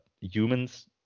humans